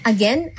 Again